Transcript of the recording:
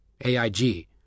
AIG